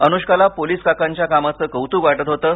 अनुष्काला police काकांच्या कामाचे कौत्क वाटत होतं